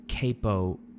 capo